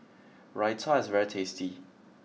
Raita is very tasty